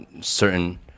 certain